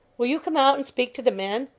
will you come out and speak to the men?